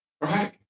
Right